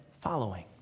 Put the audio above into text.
following